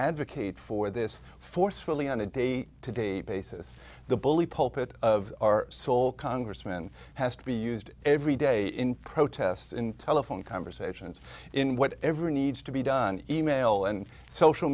advocate for this forcefully on a day to day basis the bully pulpit of our soul congressman has to be used every day in protest in telephone conversations in what everyone needs to be done email and social